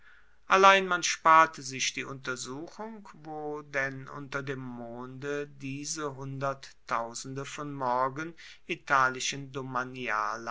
allein man sparte sich die untersuchung wo denn unter dem monde diese hunderttausende von morgen